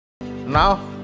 Now